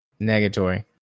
Negatory